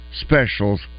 specials